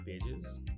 Pages